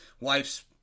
wife's